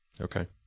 okay